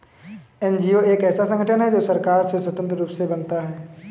NGO एक ऐसा संगठन है जो सरकार से स्वतंत्र रूप से बनता है